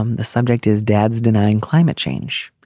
um the subject is dad's denying climate change.